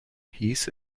hieß